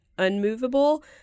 unmovable